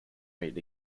meet